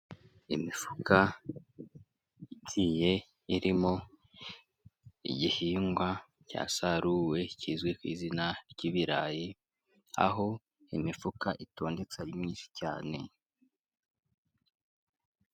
Imifuka igiye irimo igihingwa cyasaruwe kizwi ku izina ry'ibirayi, aho imifuka itondetse ari myinshi cyane.